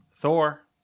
Thor